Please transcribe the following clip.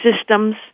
systems